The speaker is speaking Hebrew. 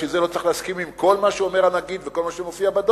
בשביל זה לא צריך להסכים עם כל מה שאומר הנגיד וכל מה שמופיע בדוח,